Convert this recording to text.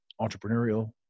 entrepreneurial